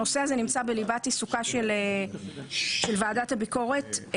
הנושא הזה נמצא בליבת עיסוקה של ועדת הביקורת.